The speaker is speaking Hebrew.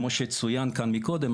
כמו שצוין כאן קודם,